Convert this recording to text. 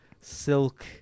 silk